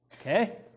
Okay